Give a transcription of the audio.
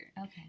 Okay